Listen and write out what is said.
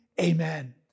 amen